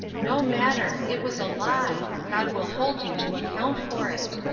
no matter. it was a lie. god will hold you to account for it.